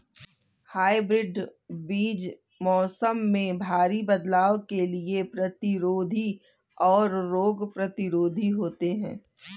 hybrid बीज मौसम में भारी बदलाव के प्रतिरोधी और रोग प्रतिरोधी होते हैं